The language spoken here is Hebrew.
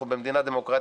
אנחנו במדינה דמוקרטית,